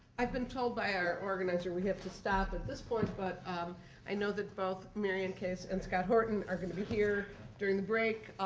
i've been told by our organizer we have to stop at this point, but i know that both mary anne case and scott horton are going to be here during the break.